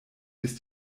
bis